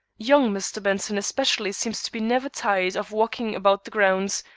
young mr. benson especially seems to be never tired of walking about the grounds,